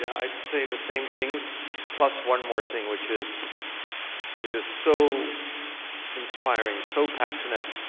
yeah i'd say the same things plus one more thing, which is it is so inspiring, so passionate,